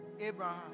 Abraham